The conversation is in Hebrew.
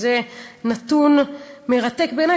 זה נתון מרתק בעיני,